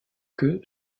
que